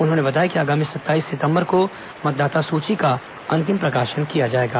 उन्होंने बताया कि आगामी सत्ताईस सितंबर को मतदाता सूची का अंतिम प्रकाशन किया जाएगा